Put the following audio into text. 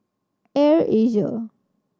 Air Asia